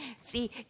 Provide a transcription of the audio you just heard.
See